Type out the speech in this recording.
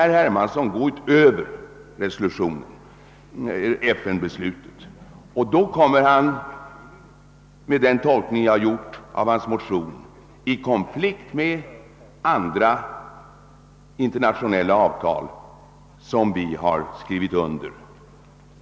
Herr Hermansson vill ju gå utöver FN:s beslut, och med den tolkning som jag då gör av hans motion kommer herr Hermansson i konflikt med andra internationella avtal som vi har skrivit under.